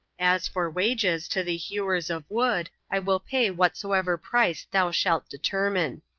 as for wages to the hewers of wood, i will pay whatsoever price thou shalt determine.